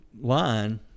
line